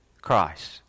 Christ